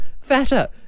fatter